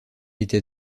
était